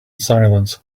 silence